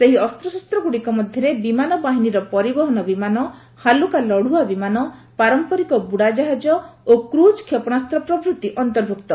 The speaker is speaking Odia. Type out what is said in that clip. ସେହି ଅସ୍ତ୍ରଶସ୍ତ୍ରଗୁଡ଼ିକ ମଧ୍ୟରେ ବିମାନ ବାହିନୀର ପରିବହନ ବିମାନ ହାଲ୍କା ଲଢୁଆ ବିମାନ ପାରମ୍ପରିକ ବୁଡ଼ାଜାହାଜ ଓ କ୍ରୁଜ୍ କ୍ଷେପଶାସ୍ତ୍ର ପ୍ରଭୃତି ଅନ୍ତର୍ଭୁକ୍ତ